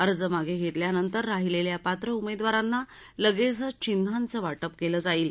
अर्ज मागे घेतल्यानंतर राहीलेल्या पात्र उमेदवारांना लगेचच चिन्हांच वाटप केलं जाईल